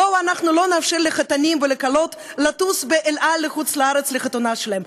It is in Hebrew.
בואו לא נאפשר לחתנים ולכלות לטוס ב"אל על" לחוץ-לארץ לחתונה שלהם.